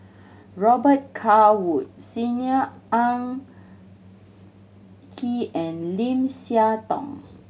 Robet Carr Wood Senior Ang Kee and Lim Siah Tong